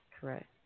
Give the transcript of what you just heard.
correct